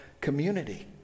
community